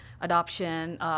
adoption